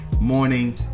morning